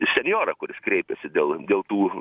senjorą kuris kreipėsi dėl dėl tų